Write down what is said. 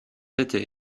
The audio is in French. été